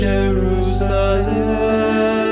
Jerusalem